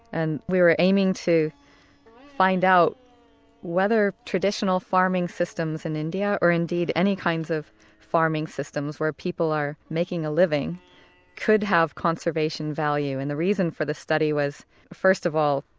and we were aiming to find out whether traditional farming systems in india or indeed any kind of farming systems where people are making a living could have conservation value. and the reason for the study was first of all,